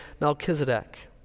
Melchizedek